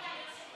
אדוני היושב-ראש,